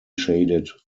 shaded